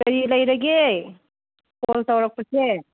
ꯀꯔꯤ ꯂꯩꯔꯒꯦ ꯀꯣꯜ ꯇꯧꯔꯛꯄꯁꯦ